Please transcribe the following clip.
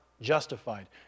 justified